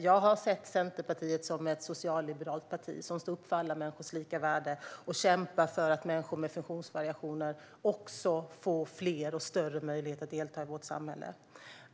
Jag har sett Centerpartiet som ett socialliberalt parti som står upp för alla människors lika värde och kämpar för att människor med funktionsvariationer ska få fler och större möjligheter att delta i vårt samhälle.